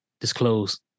disclose